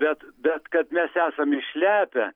bet bet kad mes esam išlepę